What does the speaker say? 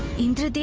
indra!